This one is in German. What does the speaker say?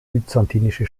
byzantinische